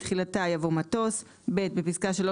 בתחילתה יבוא "מטוס"; בפסקה (3),